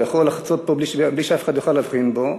הוא יכול לחצות פה בלי שאף אחד יוכל להבחין בו,